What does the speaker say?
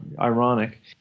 ironic